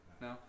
No